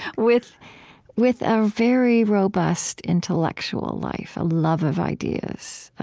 with with a very robust intellectual life, a love of ideas,